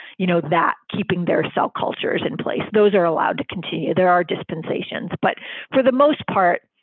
you know, that keeping their cell cultures in place, those are allowed to continue. there are dispensations, but for the most part,